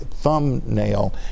thumbnail